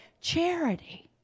charity